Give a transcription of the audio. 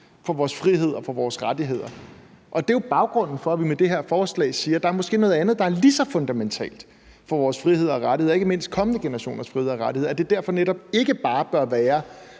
for vores frihed og for vores rettigheder. Det er jo baggrunden for, at vi med det her forslag siger, at der måske er noget andet, der er lige så fundamentalt for vores frihed og rettigheder og ikke mindst kommende generationers frihed og rettigheder, og at det derfor ikke netop bare bør være,